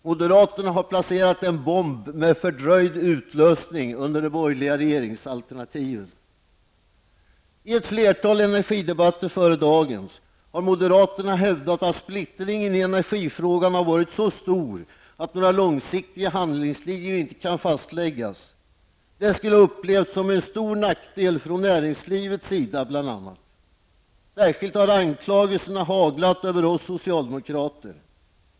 Moderaterna har placerat en bomb med fördröjd utlösning under det borgerliga regeringsalternativet! I ett flertal energidebatter före dagens har moderaterna hävdat att splittringen i energifrågan har varit så stor att några långsiktiga handlingslinjer inte kan fastläggas. Detta skulle ha upplevts som en stor nackdel från bl.a. näringslivets sida. Särskilt har anklagelserna haglat över oss socialdemokrater.